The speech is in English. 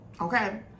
okay